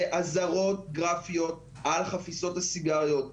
זה אזהרות גרפיות על חפיסות הסיגריות,